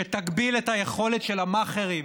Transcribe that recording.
שתגביל את היכולת של המאכערים